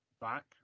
back